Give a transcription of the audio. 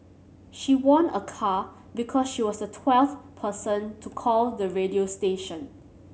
she won a car because she was the twelfth person to call the radio station